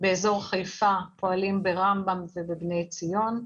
באזור חיפה פועלים ברמב"ם ובבני ציון,